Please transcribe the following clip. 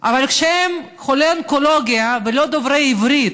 אבל כשהם חולי אונקולוגיה ולא דוברי עברית,